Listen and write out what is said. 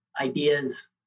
ideas